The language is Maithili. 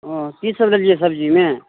की सब लेलियै सब्जीमे